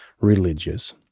religious